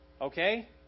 Okay